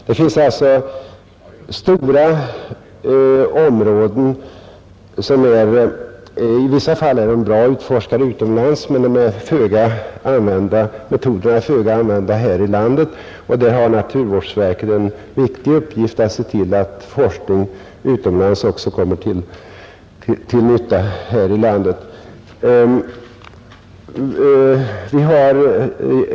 Det finns stora områden som i vissa fall är väl utforskade utomlands, men de metoder man där kommit fram till är föga använda här i landet. Naturvårdsverket har en viktig uppgift när det gäller att se till att denna forskning utomlands också kommer till nytta i vårt land.